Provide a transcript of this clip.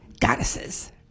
goddesses